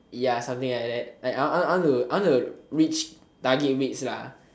ya something like that like I I I I I want to reach target weights